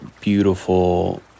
beautiful